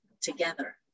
together